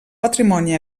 patrimoni